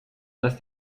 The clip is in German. dass